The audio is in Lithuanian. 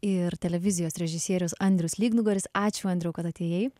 ir televizijos režisierius andrius lygnugaris ačiū andriau kad atėjai